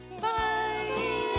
Bye